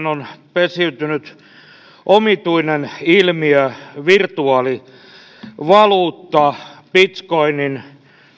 on pesiytynyt omituinen ilmiö virtuaalivaluutta bitcoinin